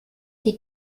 die